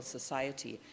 Society